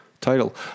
title